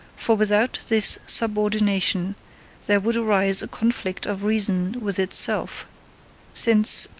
for without this subordination there would arise a conflict of reason with itself since,